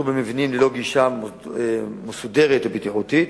מבנים ללא גישה מסודרת ובטיחותית,